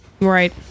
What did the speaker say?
Right